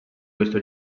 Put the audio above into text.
questo